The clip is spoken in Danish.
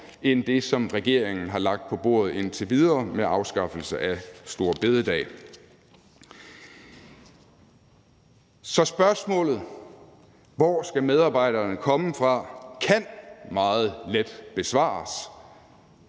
end det, som regeringen har lagt på bordet indtil videre med afskaffelse af store bededag. Så spørgsmålet om, hvor medarbejderne skal komme fra, kan meget let besvares